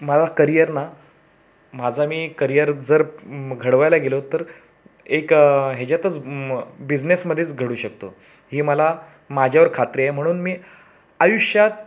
मला करियर ना माझा मी करियर जर घडवायला गेलो तर एक ह्याच्यातच बिजनेसमध्येच घडू शकतो हे मला माझ्यावर खात्री आहे म्हणून मी आयुष्यात